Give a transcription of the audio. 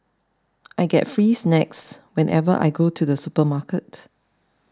I get free snacks whenever I go to the supermarket